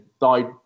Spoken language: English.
died